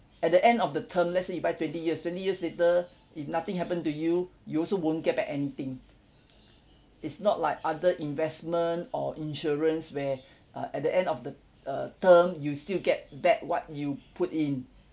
at the end of the term let's say you buy twenty years twenty years later if nothing happened to you you also won't get back anything it's not like other investment or insurance where uh at the end of the uh term you still get back what you put in